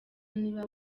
niba